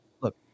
Look